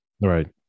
Right